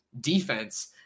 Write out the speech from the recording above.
defense